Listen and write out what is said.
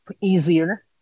easier